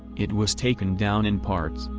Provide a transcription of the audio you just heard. it was taken down in parts,